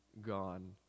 Gone